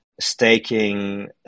staking